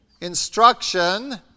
Instruction